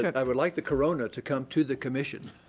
i would like the corona to come to the commission,